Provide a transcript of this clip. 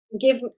give